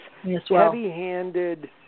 heavy-handed